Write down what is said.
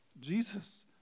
Jesus